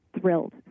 thrilled